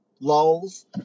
lulls